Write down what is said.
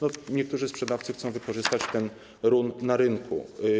Niektórzy sprzedawcy chcą wykorzystać ten run na rynku.